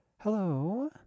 hello